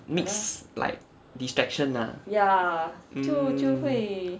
mix like distraction ah mm